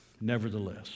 Nevertheless